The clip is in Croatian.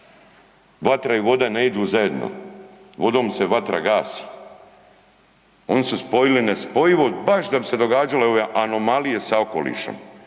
Vatra i voda ne idu zajedno. Vodom se vatra gasi. Oni su spojili nespojivo baš da bi se događale ove anomalije sa okolišem,